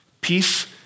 Peace